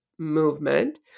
movement